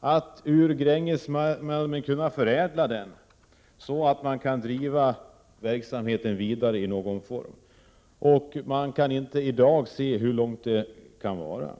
Man kan t.ex. förädla Grängesmalmen. På det sättet kan verksamheten drivas vidare i någon form. I dag kan man dock inte överblicka hur lång tid det kan vara fråga om.